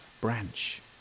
branch